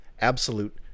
absolute